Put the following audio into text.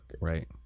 right